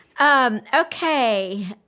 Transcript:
Okay